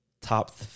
top